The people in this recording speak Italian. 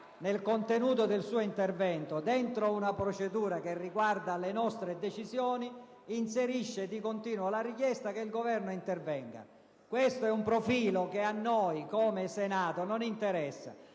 nel contenuto del suo intervento, nell'ambito di una procedura che riguarda le nostre decisioni, inserisce di continuo la richiesta che il Governo intervenga. Questo è un profilo che a noi come Senato non interessa.